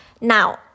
Now